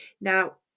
Now